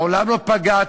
מעולם לא פגעתי,